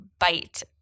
bite